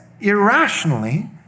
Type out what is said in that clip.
irrationally